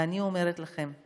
ואני אומרת לכם,